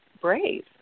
brave